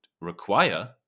require